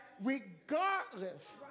regardless